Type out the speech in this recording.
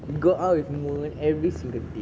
go out with moon every single day